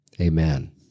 Amen